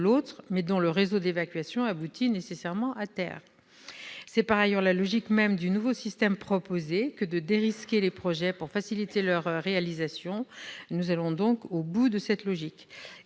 l'autre, dont le réseau d'évacuation aboutit nécessairement à terre. C'est par ailleurs la logique même du nouveau système proposé que de « dérisquer » les projets pour faciliter leur réalisation. Nous allons donc au bout de cette logique.